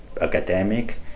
academic